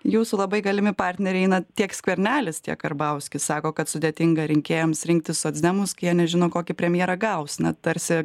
jūsų labai galimi partneriai na tiek skvernelis tiek karbauskis sako kad sudėtinga rinkėjams rinkti socdemus kai jie nežino kokį premjerą gaus na tarsi